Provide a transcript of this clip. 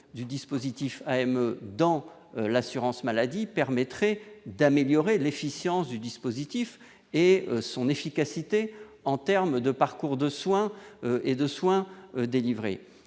du dispositif AME dans l'assurance maladie permettrait d'améliorer l'efficience du dispositif et son efficacité en termes de parcours de soin et de soins délivrés,